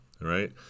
right